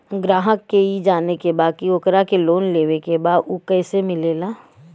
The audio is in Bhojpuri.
ग्राहक के ई जाने के बा की ओकरा के लोन लेवे के बा ऊ कैसे मिलेला?